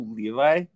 Levi